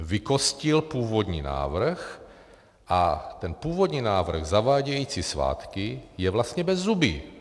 Vykostil původní návrh a ten původní návrh zavádějící svátky je vlastně bezzubý.